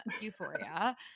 Euphoria